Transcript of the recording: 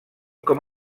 com